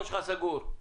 אוקיי,